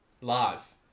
live